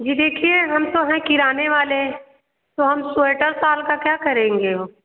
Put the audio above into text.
जी देखिए हम तो हैं किराने वाले तो हम स्वेटर साल का क्या करेंगे हम